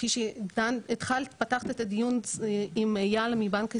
כפי שפתחת את הדיון עם איל מבנק ישראל,